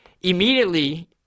Immediately